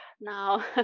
now